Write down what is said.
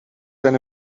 zijn